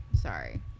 Sorry